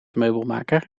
meubelmaker